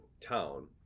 town